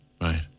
right